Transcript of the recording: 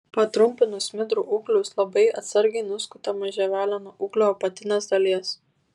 patrumpinus smidrų ūglius labai atsargiai nuskutama žievelė nuo ūglio apatinės dalies